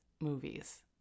movies